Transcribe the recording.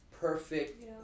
perfect